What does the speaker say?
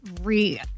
re